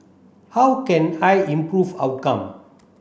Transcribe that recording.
how can I improve outcome